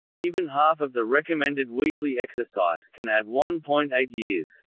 even half of the recommended weekly exercise can add one point eight years.